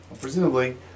Presumably